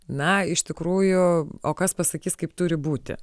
na iš tikrųjų o kas pasakys kaip turi būti